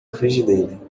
frigideira